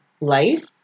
life